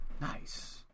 Nice